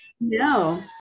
No